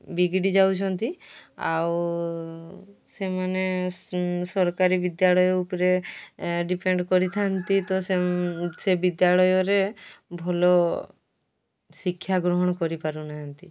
ବିଗିଡ଼ି ଯାଉଛନ୍ତି ଆଉ ସେମାନେ ସରକାରୀ ବିଦ୍ୟାଳୟ ଉପରେ ଡିପେଣ୍ଡ୍ କରିଥାନ୍ତି ତ ସେ ବିଦ୍ୟାଳୟରେ ଭଲ ଶିକ୍ଷା ଗ୍ରହଣ କରିପାରୁନାହାନ୍ତି